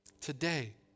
Today